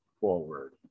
forward